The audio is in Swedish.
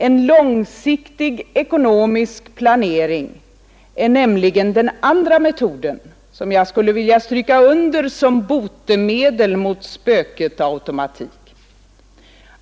En långsiktig ekonomisk planering är nämligen den andra metod jag skulle vilja stryka under som botemedel mot spöket ”automatiken”.